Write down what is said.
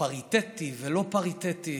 בפריטטי ולא פריטטי,